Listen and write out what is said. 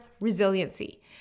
resiliency